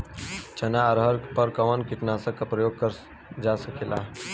चना अरहर पर कवन कीटनाशक क प्रयोग कर जा सकेला?